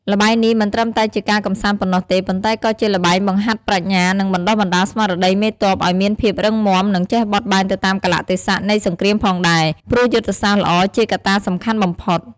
ល្បែងនេះមិនត្រឹមតែជាការកម្សាន្តប៉ុណ្ណោះទេ ប៉ុន្តែក៏ជាល្បែងបង្ហាត់ប្រាជ្ញា និងបណ្ដុះបណ្ដាលស្មារតីមេទ័ពឱ្យមានភាពរឹងមាំ និងចេះបត់បែនទៅតាមកាលៈទេសៈនៃសង្គ្រាមផងដែរ ព្រោះយុទ្ធសាស្ត្រល្អជាកត្តាសំខាន់បំផុត។